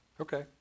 Okay